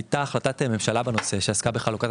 הייתה החלטת ממשלה בנושא שעסקה בחלוקת